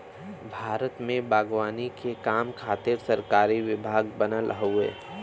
भारत में बागवानी के काम खातिर सरकारी विभाग बनल हउवे